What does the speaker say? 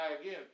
again